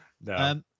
No